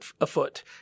afoot